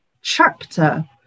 chapter